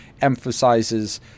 emphasizes